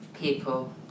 people